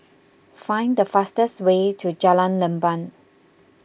find the fastest way to Jalan Leban